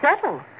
Settle